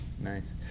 Nice